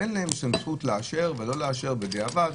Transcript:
אין להם סמכות לאשר או לא לאשר בדיעבד.